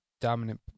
dominant